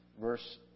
verse